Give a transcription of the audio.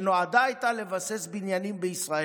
שנועדה לבסס בניינים בישראל,